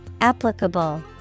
Applicable